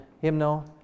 hymnal